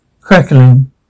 crackling